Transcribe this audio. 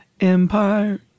Empire